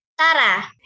Tara